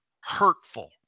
hurtful